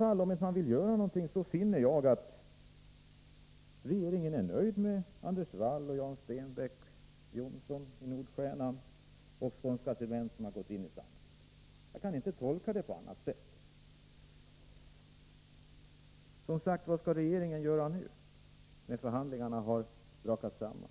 finns? Om regeringen inte vill göra någonting, finner jag att den är nöjd med Anders Wall, Jan Stenbeck, Axel Johnson i Nordstjernan och Skånska Cement, som har gått in i Sandvik. Jag kan inte tolka det på annat sätt. Vad skall regeringen alltså göra nu när förhandlingarna har brakat samman?